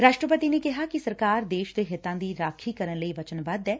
ਰਾਸ਼ਟਰਪਤੀ ਨੇ ਕਿਹਾ ਕਿ ਸਰਕਾਰ ਦੇਸ਼ ਦੇ ਹਿੱਤਾਂ ਦੀ ਰਾਖੀ ਕਰਨ ਲਈ ਵਚਨਬੱਧ ਐ